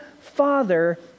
Father